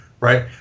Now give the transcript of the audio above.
right